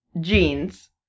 jeans